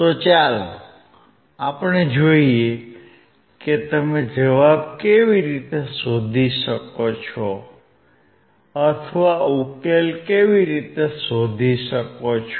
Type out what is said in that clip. તો ચાલો જોઈએ કે તમે જવાબ કેવી રીતે શોધી શકો છો અથવા ઉકેલ શોધી શકો છો